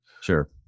sure